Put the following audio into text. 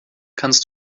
kannst